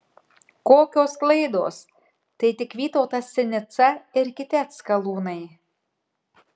kokios klaidos tai tik vytautas sinica ir kiti atskalūnai